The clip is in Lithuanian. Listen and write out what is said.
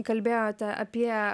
kalbėjote apie